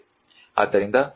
ಆದ್ದರಿಂದ ಇದು ಕ್ರಿ